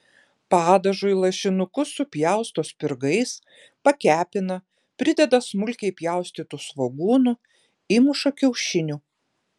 padažui lašinukus supjausto spirgais pakepina prideda smulkiai pjaustytų svogūnų įmuša kiaušinių